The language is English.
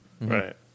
Right